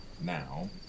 now